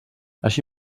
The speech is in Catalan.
així